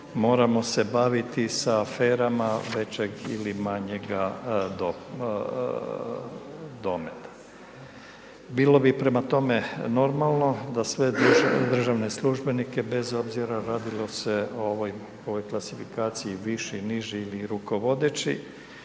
moramo se baviti sa aferama većeg ili manjega dometa. Bilo bi prema tome normalno da sve državne službenike bez obzira radilo se o ovoj klasifikaciji viši, niži ili rukovodeći,